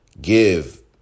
give